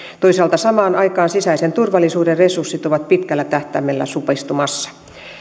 toisaalta samaan aikaan sisäisen turvallisuuden resurssit ovat pitkällä tähtäimellä supistumassa